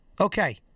Okay